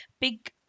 big